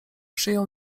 przyjął